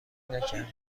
نکرده